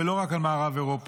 ולא רק על מערב אירופה,